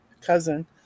cousin